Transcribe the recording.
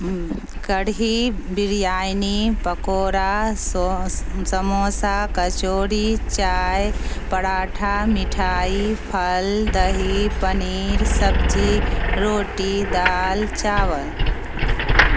کڑھی بریانی پکوورا سو سموسہ کچوری چائے پراٹھا مٹھائی پھل دہی پنیر سبجی روٹی دال چاول